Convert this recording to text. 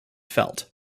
felt